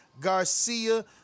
Garcia